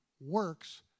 works